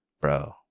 bro